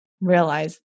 realize